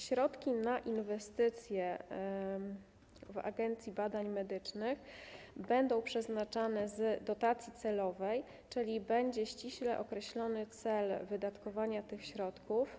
Środki na inwestycje w Agencji Badań Medycznych będą przeznaczane z dotacji celowej, czyli będzie ściśle określony cel wydatkowania tych środków.